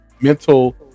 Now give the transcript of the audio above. mental